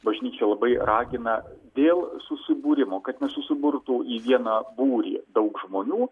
bažnyčia labai ragina dėl subūrimo kad nesusiburtų į vieną būrį daug žmonių